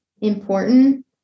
important